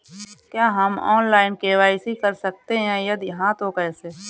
क्या हम online KYC कर सकते हैं यदि हाँ तो कैसे?